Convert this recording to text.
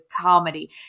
comedy